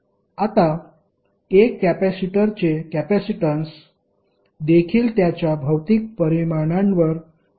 आता एक कॅपेसिटरचे कॅपेसिटन्स देखील त्याच्या भौतिक परिमाणांवर अवलंबून असते